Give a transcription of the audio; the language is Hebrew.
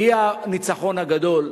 היא הניצחון הגדול,